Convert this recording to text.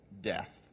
death